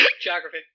Geography